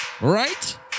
right